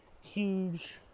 huge